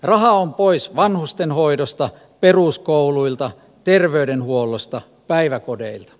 raha on pois vanhustenhoidosta peruskouluilta terveydenhuollosta päiväkodeilta